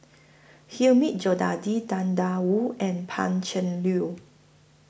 Hilmi Tang DA Wu and Pan Cheng Lui